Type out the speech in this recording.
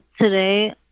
today